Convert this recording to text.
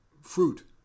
fruit